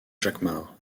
jacquemart